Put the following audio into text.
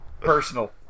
Personal